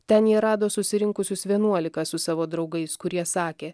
ten jie rado susirinkusius vienuolika su savo draugais kurie sakė